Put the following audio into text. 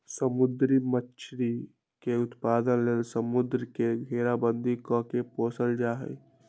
समुद्री मछरी के उत्पादन लेल समुंद्र के घेराबंदी कऽ के पोशल जाइ छइ